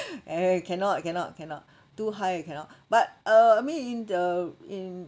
eh cannot cannot cannot too high I cannot but uh I mean in the in